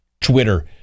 Twitter